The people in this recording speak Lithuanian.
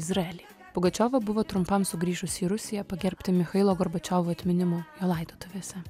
izraelį pugačiovą buvo trumpam sugrįžusi į rusiją pagerbti michailo gorbačiovo atminimo jo laidotuvėse